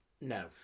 No